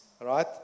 right